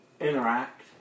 interact